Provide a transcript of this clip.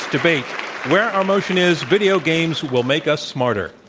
debate where our motion is, video games will make us smarter.